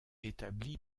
établi